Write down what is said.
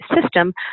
system